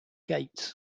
gates